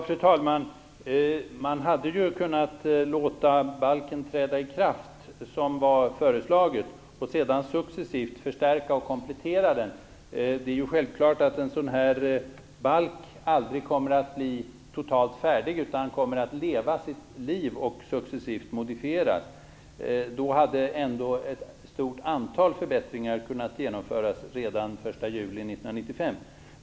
Fru talman! Man hade kunnat låta balken träda i kraft, som det var föreslaget, och sedan successivt förstärka och komplettera den. Det är självklart att en sådan här balk aldrig kommer att bli totalt färdig utan kommer att leva sitt liv och successivt modifieras. Då hade ändå ett stort antal förbättringar kunnat genomföras redan den 1 juli 1995.